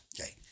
Okay